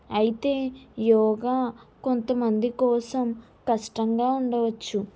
అయితే యోగ కొంతమంది కోసం కష్టంగా ఉండవచ్చు